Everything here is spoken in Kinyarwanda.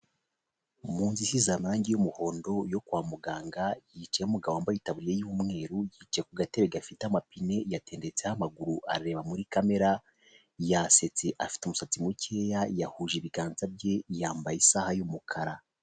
Mu nzu isize amarangi y'umuhondo yo kwa muganga hicayeho umugabo wambaye itaburiye y'umweru, yicaye ku gatebe gafite amapine yatendetseho amaguru areba muri kamere, yasetse afite umusatsi mukeya yahuje ibiganza bye, yambaye isaha y'umukara.